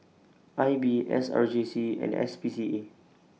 I B S R J C and S P C A